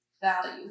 value